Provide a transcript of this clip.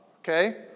okay